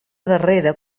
darrera